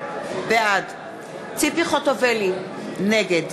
בעד ציפי חוטובלי, נגד